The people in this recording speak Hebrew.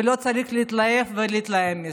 ולא צריך להתלהב ולהתלהם מזה,